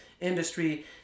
industry